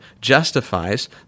justifies